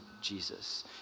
Jesus